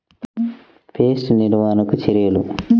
Pest నివారణకు చర్యలు?